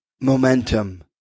Momentum